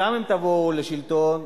גם אם תבואו לשלטון,